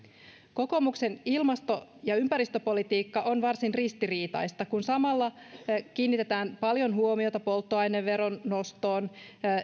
kokoomuksen ilmasto ja ympäristöpolitiikka on varsin ristiriitaista kun samalla kiinnitetään paljon huomiota polttoaineveron nostoon